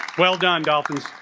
well done dolphins